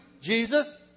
Jesus